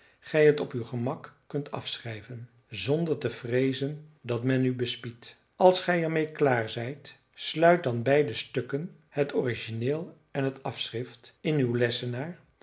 gij het op uw gemak kunt afschrijven zonder te vreezen dat men u bespiedt als gij er mee klaar zijt sluit dan beide stukken het origineel en het afschrift in uw lessenaar